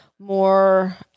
more